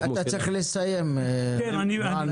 אתה צריך לסיים רני.